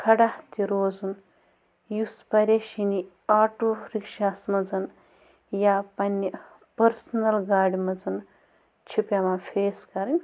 کھڑا تہِ روزُن یُس پَرشٲنی آٹوٗ رِکشاہَس منٛز یا پنٛنہِ پٔرسٕنَل گاڑِ منٛز چھِ پٮ۪وان فیس کَرٕنۍ